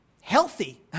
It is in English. healthy